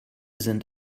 sind